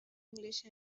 english